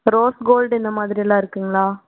rose gold இந்தமாதிரிலாம் இருக்குங்களா